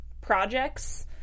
projects